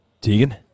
Tegan